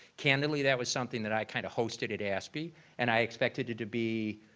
candidly, that was something that i kind of hosted at aspe and i expected it to be